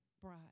bride